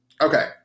okay